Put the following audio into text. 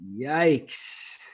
Yikes